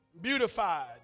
beautified